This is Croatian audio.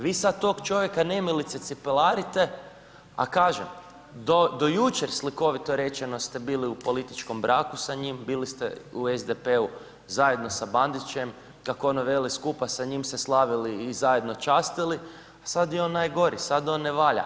Vi sada tog čovjeka nemilice cipelarite, a kažem, do jučer slikovito rečeno ste bili u političkom braku sa njim, bili ste u SDP-u zajedno sa Bandićem, kako ono veli skupa sa njim ste slavili i zajedno častili, a sada je on najgori, sad on ne valja.